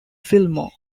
fillmore